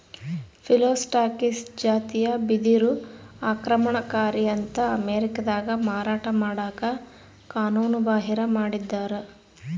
Phyllostachys ಜಾತಿಯ ಬಿದಿರು ಆಕ್ರಮಣಕಾರಿ ಅಂತ ಅಮೇರಿಕಾದಾಗ ಮಾರಾಟ ಮಾಡಕ ಕಾನೂನುಬಾಹಿರ ಮಾಡಿದ್ದಾರ